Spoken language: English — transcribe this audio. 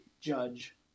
judge